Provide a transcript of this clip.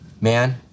man